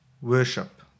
Worship